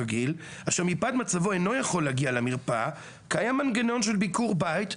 אשר מפאת מצבו אינו יכול להגיע למרפאה קיים מנגנון של ביקור בית,